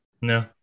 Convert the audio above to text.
No